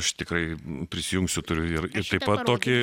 aš tikrai prisijungsiu turiu ir ir taip pat tokį